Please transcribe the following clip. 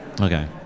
Okay